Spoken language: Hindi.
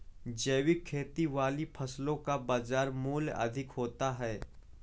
जैविक खेती वाली फसलों का बाज़ार मूल्य अधिक होता है